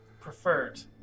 preferred